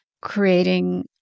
creating